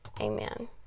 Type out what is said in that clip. Amen